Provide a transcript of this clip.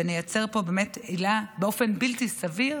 ונייצר פה באמת עילה באופן בלתי סביר.